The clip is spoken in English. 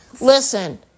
Listen